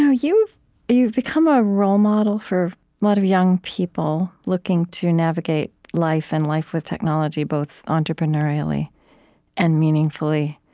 ah you've you've become a role model for a lot of young people looking to navigate life and life with technology, both entrepreneurially and meaningfully.